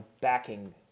backing